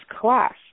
class